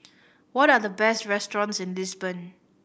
what are the best restaurants in Lisbon